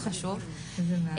קודם כל,